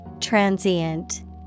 transient